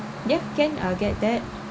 yeah can I'll get that